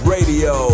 Radio